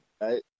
Right